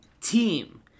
team